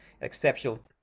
exceptional